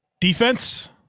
defense